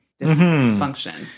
dysfunction